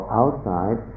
outside